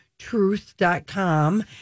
truth.com